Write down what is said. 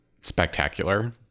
spectacular